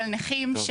של נכים,